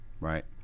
right